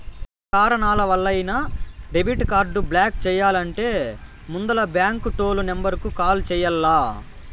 yeah కారణాలవల్లైనా debit card block చెయ్యాలంటే ముందల బాంకు టోల్ నెంబరుకు కాల్ చెయ్యాల్ల